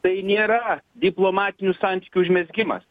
tai nėra diplomatinių santykių užmezgimas